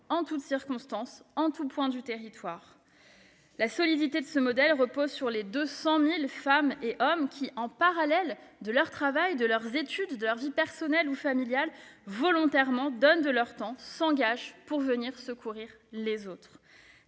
en toutes circonstances et en tous points du territoire. La solidité de ce modèle repose sur les 200 000 femmes et hommes qui, en parallèle de leur travail, de leurs études, de leur vie personnelle ou familiale, volontairement, donnent de leur temps et s'engagent pour secourir les autres.